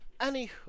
anywho